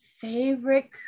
Favorite